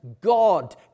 God